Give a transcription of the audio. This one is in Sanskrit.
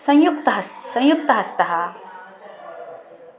संयुक्तं हस् संयुक्तहस्तः